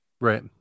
Right